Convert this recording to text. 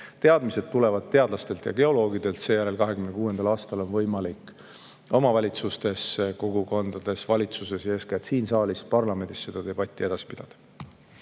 Teadmised tulevad teadlastelt ja geoloogidelt, seejärel 2026. aastal on võimalik omavalitsustes ja kogukondades, valitsuses ja eeskätt siin saalis, parlamendis, seda debatti edasi pidada.